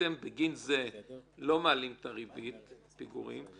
שאתם בגין זה לא מעלים את ריבית הפיגורים,